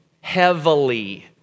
heavily